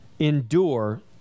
endure